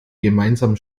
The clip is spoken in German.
gemeinsam